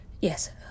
Yes